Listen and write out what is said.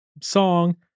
song